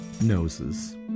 noses